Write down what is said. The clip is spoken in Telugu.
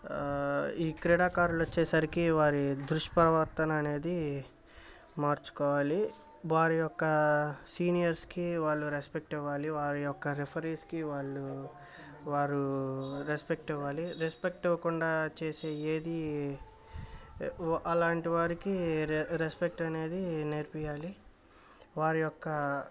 ఈ క్రీడాకారులొచ్చేసరికి వారి దుష్ప్రవర్తన అనేది మార్చుకోవాలి వారి యొక్క సీనియర్స్కి వాళ్ళు రెస్పెక్ట్ ఇవాలి వారి యొక్క రిఫరీస్కి వాళ్ళు వారు రెస్పెక్ట్ ఇవ్వాలి రెస్పెక్ట్ ఇవ్వకుండా చేసే ఏదీ వ అలాంటివారికి రె రెస్పెక్ట్ అనేది నేర్పియ్యాలి వారి యొక్క